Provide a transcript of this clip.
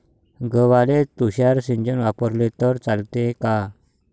गव्हाले तुषार सिंचन वापरले तर चालते का?